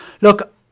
Look